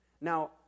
Now